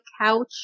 couch